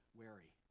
wary